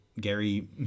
Gary